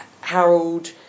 Harold